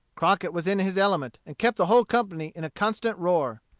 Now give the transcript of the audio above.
crockett was in his element, and kept the whole company in a constant roar.